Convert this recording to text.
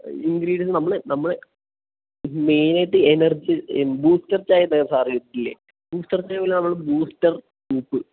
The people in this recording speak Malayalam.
ഇൻഗ്രീഡിയൻ നമ്മൾ നമ്മൾ മ്മ്ഹ് മെയ്നായിട്ട് എനർജി ഈ ബൂസ്റ്റർ ചായണ്ടാ സാറ് കഴിച്ചിട്ടില്ലേ ബൂസ്റ്റർ ചായപോലെ നമ്മൾ ബൂസ്റ്റർ സൂപ്പ്